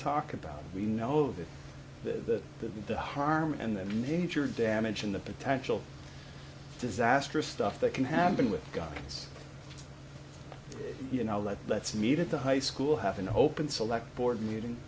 talk about we know that the that the harm and the major damage and the potential disastrous stuff that can happen with guns you know let's meet at the high school have an open select board meeting